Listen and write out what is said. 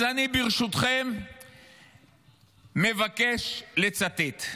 אז אני ברשותכם מבקש לצטט: